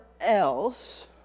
else